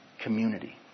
community